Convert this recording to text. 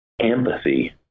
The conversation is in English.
empathy